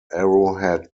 arrowhead